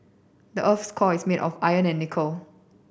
the earth's core is made of iron and nickel